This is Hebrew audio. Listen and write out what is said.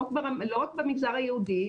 לא רק במגזר היהודי,